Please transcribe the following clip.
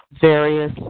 Various